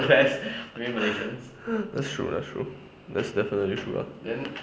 that's true that's true that's definitely true ah